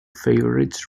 favourites